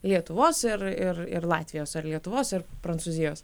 lietuvos ir ir ir latvijos ar lietuvos ir prancūzijos